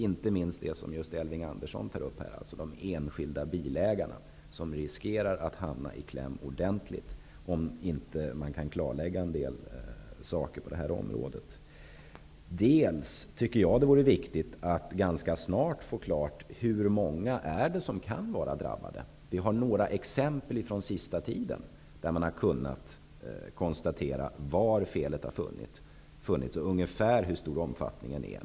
Inte minst gäller det vad Elving Andersson här tar upp: de enskilda bilägarna, som riskerar att ordentligt komma i kläm om en del saker på området inte kan klarläggas. Jag tycker att det vore viktigt att ganska snart få klarlagt hur många det är som kan vara drabbade. I några fall under den senaste tiden har man kunnat konstatera var felet fanns och kunnat säga något om den ungefärliga omfattningen.